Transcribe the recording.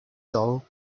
dull